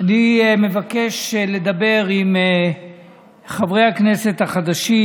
אני מבקש לדבר עם חברי הכנסת החדשים,